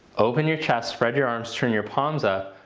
open your chest, spread your arms, turn your palms up.